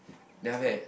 then after that